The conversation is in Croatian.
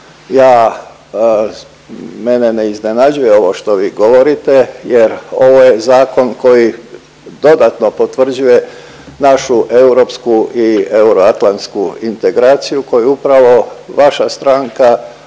Ja, mene ne iznenađuje ovo što vi govorite jer ovo je zakon koji dodatno potvrđuje našu europsku i euroatlantsku integraciju koju upravo vaša stranka